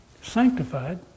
sanctified